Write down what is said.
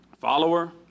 Follower